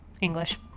English